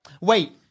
Wait